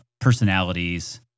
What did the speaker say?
personalities